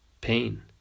pain